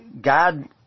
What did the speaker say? God